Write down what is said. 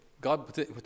God